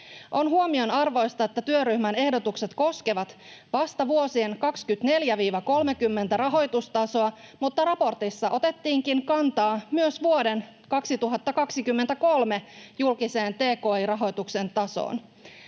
On huomionarvoista, että työryhmän ehdotukset koskevat vasta vuosien 24—30 rahoitustasoa, mutta raportissa otettiin kantaa myös vuoden 2023 julkiseen tki-rahoituksen tasoon.